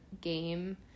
game